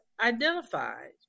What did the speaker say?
identified